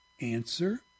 Answer